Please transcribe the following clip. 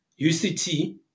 UCT